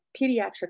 pediatric